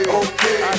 okay